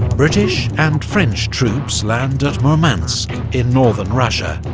british and french troops land at murmansk in northern russia.